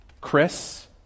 Chris